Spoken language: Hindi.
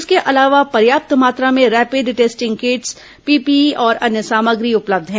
इसके अलावा पर्याप्त मात्रा में रैपिड टेस्टिंग किट्स पीपीई और अन्य सामग्री उपलब्ध है